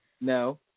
No